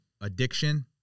addiction